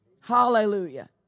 Hallelujah